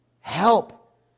help